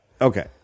Okay